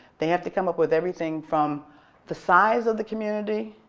they have to come up with everything from the size of the community,